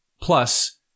plus